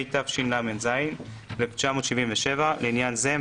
התשל"ז 1977‏; לעניין זה,